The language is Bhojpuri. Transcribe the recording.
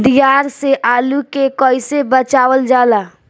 दियार से आलू के कइसे बचावल जाला?